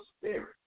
spirit